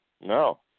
No